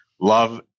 love